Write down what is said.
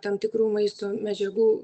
tam tikrų maisto medžiagų